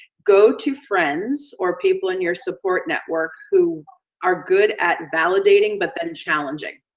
go to friends or people in your support network who are good at validating but then challenging.